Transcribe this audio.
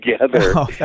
together